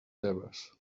tebes